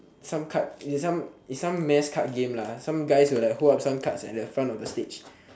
some card it's some it's some mass card game lah some guys will like hold up some cards at the front of the stage